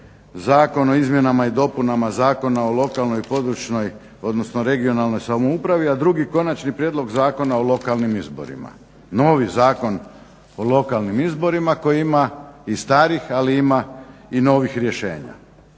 Zakon o izmjenama i dopunama zakona o lokalnoj i područnoj odnosno regionalnoj samoupravi, a drugi Konačni prijedlog zakona o lokalnim izborima, novi Zakon o lokalnim izborima koji ima i stari i novih rješenja,